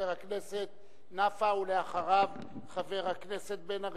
חבר הכנסת נפאע, ואחריו, חבר הכנסת בן-ארי.